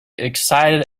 excited